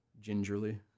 gingerly